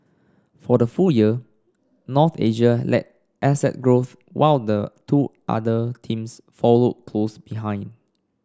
for the full year North Asia led asset growth while the two other teams followed close behind